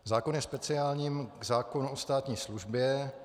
Zákon je speciálním k zákonu o státní službě.